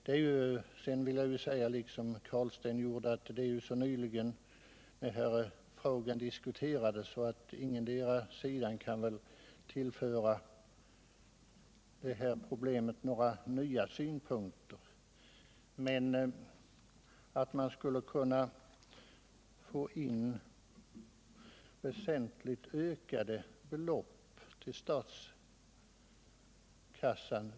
Sedan vill jag säga liksom Rune Carlstein sade att den här frågan diskuterats så nyligen att ingendera sidan väl kan tillföra debatten några nya synpunkter. Det har påståtts att man skulle få in väsentligt ökade belopp till statskassan om man följer förslaget.